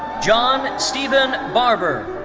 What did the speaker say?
john and stephen barber.